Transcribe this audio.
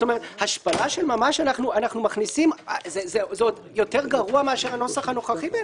השפלה של ממש זה עוד יותר גרוע מהנוסח הנוכחי.